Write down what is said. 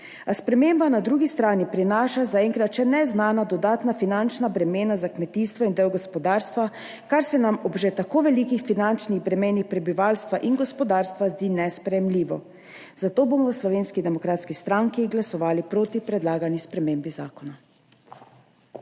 sprememba na drugi strani prinaša zaenkrat še neznana dodatna finančna bremena za kmetijstvo in del gospodarstva, kar se nam ob že tako velikih finančnih bremenih prebivalstva in gospodarstva zdi nesprejemljivo, zato bomo v Slovenski demokratski stranki glasovali proti predlagani spremembi zakona.